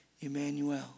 Emmanuel